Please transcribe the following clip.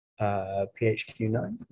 PHQ9